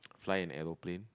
fly an aeroplane